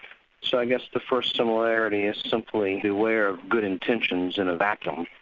so i guess the first similarity is simply beware of good intentions in a vacuum.